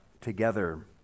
together